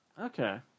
Okay